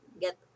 get